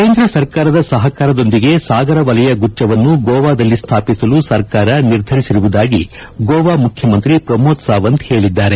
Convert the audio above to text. ಕೇಂದ್ರ ಸರ್ಕಾರದ ಸಹಕಾರದೊಂದಿಗೆ ಸಾಗರ ವಲಯ ಗುಚ್ಲವನ್ನು ಗೋವಾದಲ್ಲಿ ಸ್ಲಾಪಿಸಲು ಸರ್ಕಾರ ನಿರ್ಧರಿಸಿರುವುದಾಗಿ ಗೋವಾ ಮುಖ್ಯಮಂತ್ರಿ ಪ್ರಮೋದ್ ಸಾವಂತ್ ಹೇಳಿದ್ದಾರೆ